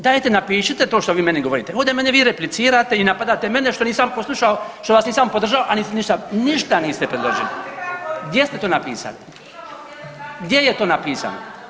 Dajte napišite to što vi meni govorite, ovdje meni vi replicirate i napadate mene što nisam poslušao, što vas nisam podržao, a niste ništa predložili [[Upadica iz klupe: Lažete]] Gdje ste to napisali? … [[Upadica iz klupe se ne razumije]] Gdje je to napisano?